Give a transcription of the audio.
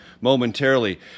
momentarily